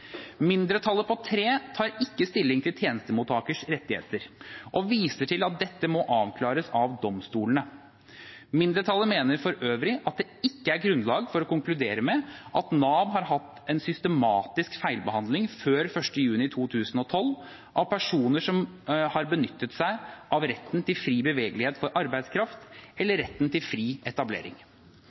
Mindretallet på tre tar ikke stilling til tjenestemottakeres rettigheter og viser til at dette må avklares av domstolene. Mindretallet mener for øvrig at det ikke er grunnlag for å konkludere med at Nav har hatt en systematisk feilbehandling før 1. juni 2012 av personer som har benyttet seg av retten til fri bevegelighet for arbeidskraft, eller retten til fri etablering.